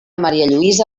marialluïsa